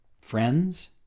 friends